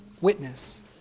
witness